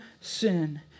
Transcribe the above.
sin